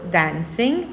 dancing